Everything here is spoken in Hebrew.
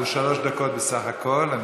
הוא שלוש דקות בסך הכול?